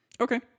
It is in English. Okay